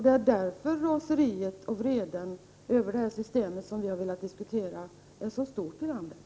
Det är därför raseriet och vreden över det system som vi har velat diskutera är så stora i landet.